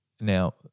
Now